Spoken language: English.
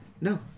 No